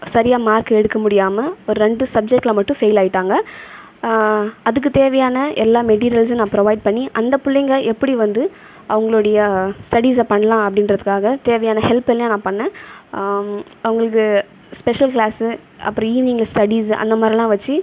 சரியாக மார்க் எடுக்க முடியாமல் ஒரு ரெண்டு சப்ஜெக்ட்டில் மட்டும் ஃபெயில் ஆகிட்டாங்க அதுக்குத் தேவையான எல்லா மெட்டீரியல்ஸையும் நான் ப்ரோவைட் பண்ணி அந்த பிள்ளைங்க எப்படி வந்து அவங்களுடைய ஸ்டடீஸை பண்ணலாம் அப்படின்றதுக்காக தேவையான ஹெல்ப் எல்லாம் நான் பண்ணேன் அவங்களுக்கு ஸ்பெஷல் கிளாஸு அப்புறம் ஈவினிங்கில் ஸ்டடீஸ் அந்த மாதிரில்லாம் வச்சு